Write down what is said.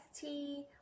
tea